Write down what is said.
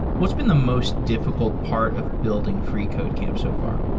what's been the most difficult part of building freecodecamp so far?